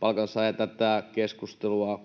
palkansaaja tätä keskustelua